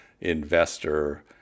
investor